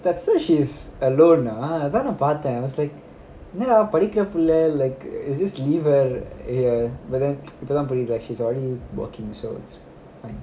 that's she she was வழுவுனா அதான் நான் பார்த்தேன்:vazhuvuna athan naan parthen was like என்னடா படிக்கிற புள்ள:ennada padikira pulla like she is just leave her இப்போ தான் புரியுது:ipo thaan puriuthu actually already working so fine